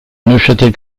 neuchâtel